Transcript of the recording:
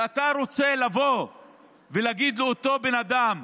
ואתה רוצה לבוא ולהגיד לאותו בן אדם: